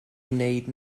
wneud